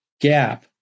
gap